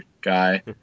guy